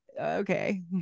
Okay